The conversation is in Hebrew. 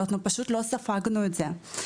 אנחנו פשוט לא ספגנו את זה.